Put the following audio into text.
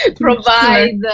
provide